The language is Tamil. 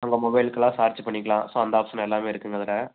உங்கள் மொபைலுக்குலாம் சார்ஜ் பண்ணிக்கலாம் ஸோ அந்த ஆப்ஷன் எல்லாமே இருக்குங்க அதில்